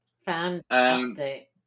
Fantastic